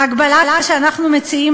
ההגבלה שאנחנו מציעים,